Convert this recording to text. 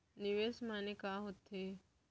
निवेश माने का होथे?